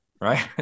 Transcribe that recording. right